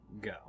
Go